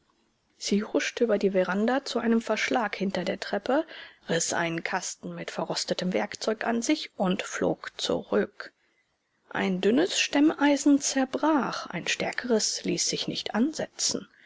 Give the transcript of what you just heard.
sie huschte über die veranda zu einem verschlag hinter der treppe riß einen kasten mit verrostetem werkzeug an sich und flog zurück ein dünnes stemmeisen zerbrach ein stärkeres ließ sich nicht ansetzen